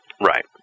Right